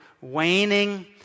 waning